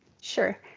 Sure